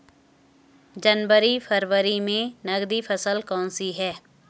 जनवरी फरवरी में नकदी फसल कौनसी है?